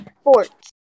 Sports